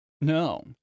No